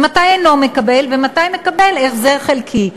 ומתי הוא אינו מקבל ומתי הוא מקבל החזר חלקי.